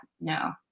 No